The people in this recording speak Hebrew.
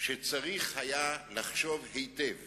שצריך היה לחשוב היטב